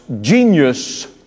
genius